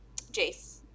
Jace